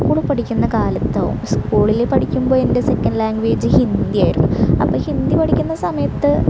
school പഠിക്കുന്ന കാലത്തോ സ്കൂളിൽ പഠിക്കുമ്പോൾ എൻ്റെ സെക്കൻഡ് ലാങ്ഗ്വേജ് ഹിന്ദിയായിരുന്നു അപ്പോൾ ഹിന്ദി പഠിക്കുന്ന സമയത്ത്